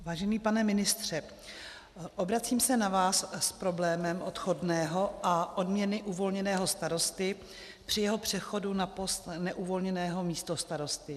Vážený pane ministře, obracím se na vás s problémem odchodného a odměny uvolněného starosty při jeho přechodu na post neuvolněného místostarosty.